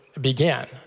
began